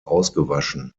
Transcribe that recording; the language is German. ausgewaschen